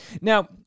Now